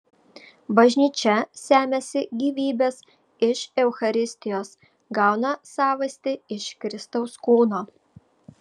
bažnyčia semiasi gyvybės iš eucharistijos gauną savastį iš kristaus kūno